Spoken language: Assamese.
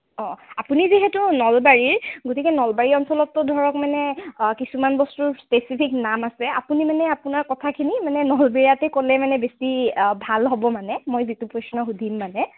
অঁ আপুনি যিহেতু নলবাৰীৰ গতিকে নলবাৰী অঞ্চলততো ধৰক মানে কিছুমান বস্তু স্পেচিফিক নাম আছে আপুনি মানে আপোনাৰ কথাখিনি মানে নলবৰীয়াতে ক'লে মানে বেছি ভাল হ'ব মানে মই যিটো প্ৰশ্ন সুধিম মানে